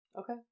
Okay